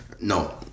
No